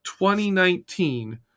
2019